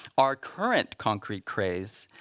our current concrete craze,